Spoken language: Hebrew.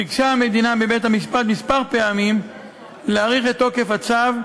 ביקשה המדינה מבית-המשפט פעמים מספר להאריך את תוקף הצו,